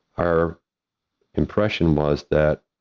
our impression was that